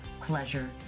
pleasure